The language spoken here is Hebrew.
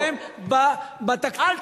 אל תתקפלו.